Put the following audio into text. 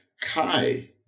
Kai